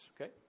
Okay